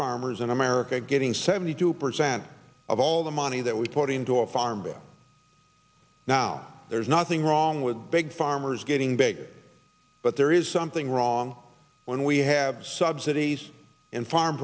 farmers in america getting seventy two of all the money that we put into a farm bill now there's nothing wrong with big farmers getting bigger but there is something wrong when we have subsidies and farm